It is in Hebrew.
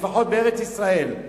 לפחות בארץ-ישראל,